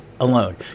alone